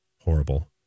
horrible